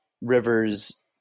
rivers